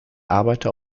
arbeiter